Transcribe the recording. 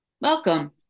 Welcome